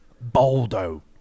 Baldo